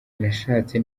nashatse